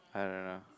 I don't know